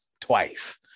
twice